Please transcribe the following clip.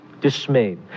dismayed